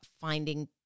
finding